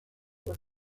was